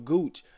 Gooch